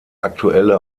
aktuelle